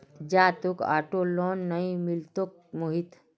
जा, तोक auto loan नइ मिलतोक मोहित